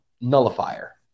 nullifier